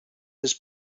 his